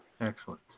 Excellent